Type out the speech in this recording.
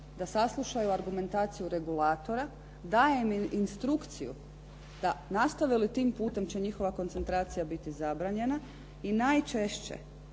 da saslušaju argumentaciju regulatora, daje im instrukciju da nastave li tim putem će njihova koncentracija biti zabranjena i najčešće,